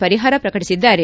ಪರಿಹಾರ ಪ್ರಕಟಿಸಿದ್ದಾರೆ